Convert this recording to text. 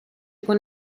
con